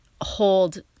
hold